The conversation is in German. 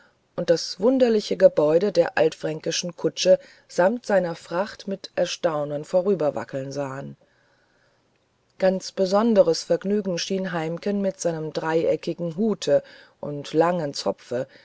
und das wunderliche gebäude der altfränkischen kutsche samt seiner fracht mit erstaunen vorüberwackeln sahen ganz besonderes vergnügen schien heimken mit seinem dreieckigen hute und langen zopfe